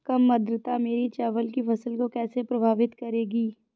कम आर्द्रता मेरी चावल की फसल को कैसे प्रभावित करेगी?